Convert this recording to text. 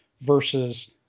versus